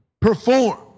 perform